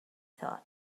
thought